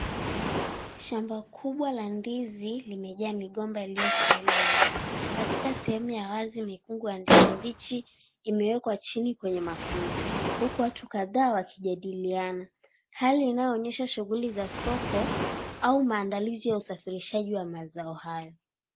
Shamba kubwa la ndizi limejaa migomba yaliyo simama imara katika sehemu ya wazi , mikungu ya ndizi mbichi imewekwa chini kwenye makundi huku watu kadha wakijadiliana hali inaonyesha shughuli za soko au maandaIizi wa usafirishaji wa mazao hayo.